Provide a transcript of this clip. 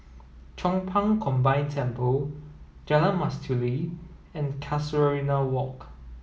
Chong Pang Combined Temple Jalan Mastuli and Casuarina Walk